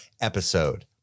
episode